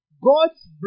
God's